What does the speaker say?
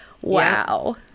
Wow